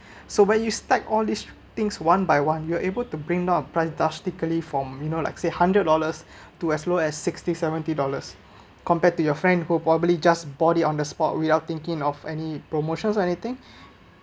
so when you start all this things one by one you are able to bring down the price drastically from you know like say hundred dollars to as low as sixty seventy dollars compared to your friend who probably just bought it on the spot without thinking of any promotions or anything